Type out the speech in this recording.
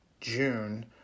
June